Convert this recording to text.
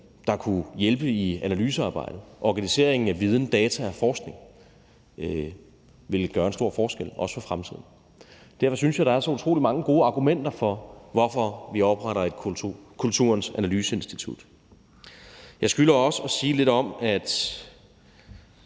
der kunne hjælpe i analysearbejdet og organiseringen af viden, data og forskning, ville gøre en stor forskel også for fremtiden. Derfor synes jeg, der er så utrolig mange gode argumenter for at oprette Kulturens Analyseinstitut. Jeg skylder også at sige lidt om,